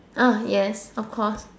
uh yes of course